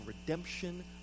redemption